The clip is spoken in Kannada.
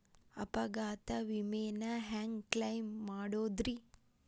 ಅಪಘಾತ ವಿಮೆನ ಹ್ಯಾಂಗ್ ಕ್ಲೈಂ ಮಾಡೋದ್ರಿ?